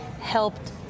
helped